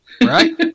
Right